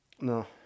no